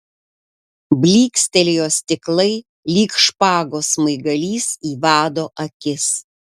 blykstelėjo stiklai lyg špagos smaigalys į vado akis